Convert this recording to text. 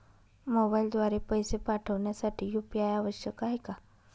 मोबाईलद्वारे पैसे पाठवण्यासाठी यू.पी.आय आवश्यक आहे का?